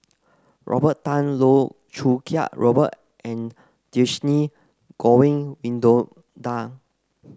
Robert Tan Loh Choo Kiat Robert and Dhershini Govin Winodan